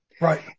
Right